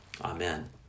Amen